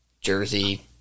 Jersey